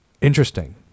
interesting